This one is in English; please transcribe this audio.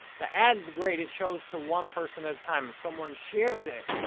the ad's great, it shows to one person at a time. if someone shares it,